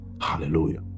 hallelujah